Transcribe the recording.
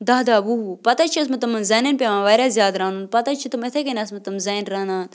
دَہ دہ وُہ وُہ پتہٕ حظ ٲسۍمٕتۍ تِمَن زَنٮ۪ن پٮ۪وان واریاہ زیادٕ رَنُن پتہٕ حظ چھِ تِم یِتھَے کٔنۍ ٲسۍمٕتۍ تِم زَنہِ رَنان